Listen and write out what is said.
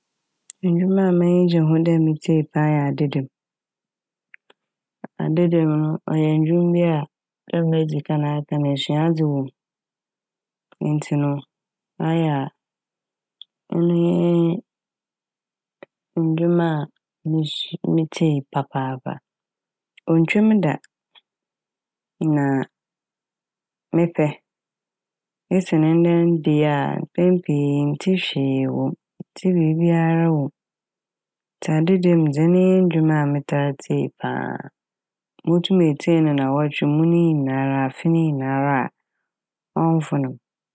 Ndwom a m'enyi gye ho paa dɛ metsie yɛ adadam'. Adadam' no ɔyɛ ndwom bi a dɛ medzi kan aka no esuadze wɔ m' ntsi no ayɛ a ɔno nye ndwom a mus- metsie papaapa. Onntwa m' da a na a mepɛ esen ndɛ de yi a mpɛn pii nntse hwee wɔ m', nntse biibia a wɔ m' ntsi adadam' dze eno nye ndwom a metaa tsie paa. Motum etsie no naawɔtwe mu ne nyinara afe ne nyinara a ɔmmfone m'.